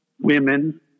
women